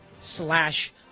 slash